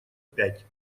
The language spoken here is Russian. пять